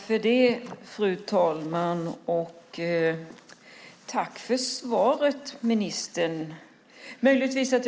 Fru talman! Tack, ministern, för svaret!